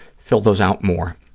fill those out more,